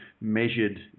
measured